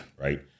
Right